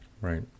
Right